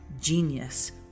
Genius